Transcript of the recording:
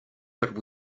but